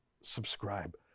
subscribe